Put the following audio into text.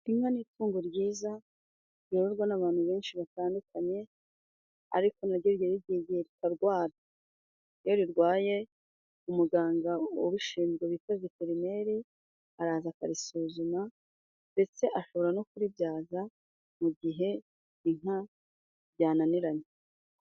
inka ni itungo ryiza ryororwa n'abantu benshi batandukanye ariko naryo rijya rigera igihe rikarwara iyo rirwaye umuganga ubishinzwe wita veterineri araza akarisuzuma ndetse ashobora no kuribyaza mu gihe inka byananiranye